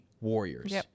warriors